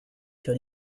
sur